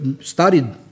studied